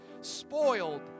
spoiled